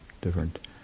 different